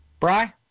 Bry